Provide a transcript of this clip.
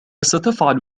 ستفعل